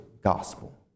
gospel